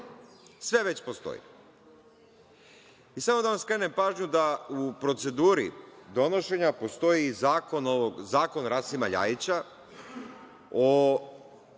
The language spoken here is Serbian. Sve već postoji.I samo da vam skrenem pažnju da u proceduri donošenja postoji i zakon Rasima LJajića o